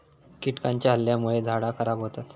कीटकांच्या हल्ल्यामुळे झाडा खराब होतत